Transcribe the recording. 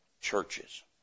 churches